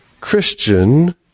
Christian